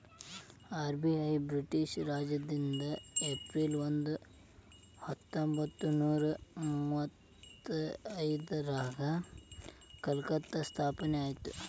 RBI British ರಾಜನಿಂದ April ಒಂದ ಹತ್ತೊಂಬತ್ತನೂರ ಮುವತ್ತೈದ್ರಾಗ ಕಲ್ಕತ್ತಾದಾಗ ಸ್ಥಾಪನೆ ಆಯ್ತ್